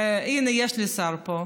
הינה, יש לי שר פה.